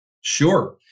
Sure